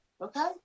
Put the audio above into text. okay